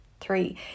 three